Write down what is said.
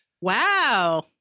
wow